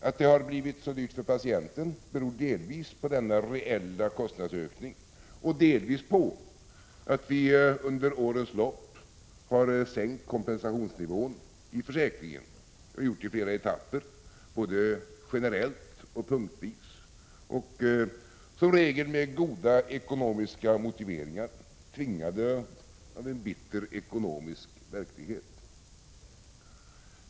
Att det har blivit så dyrt för patienten beror delvis på denna reella kostnadsökning, delvis också på att vi under årens lopp har sänkt kompensationsnivån i försäkringen. Det har vi gjort i flera etapper, både generellt och punktvis och som regel med goda ekonomiska motiveringar, tvingade av en bister ekonomisk verklighet.